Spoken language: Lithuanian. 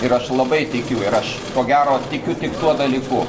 ir aš labai tikiu ir aš ko gero tikiu tik tuo dalyku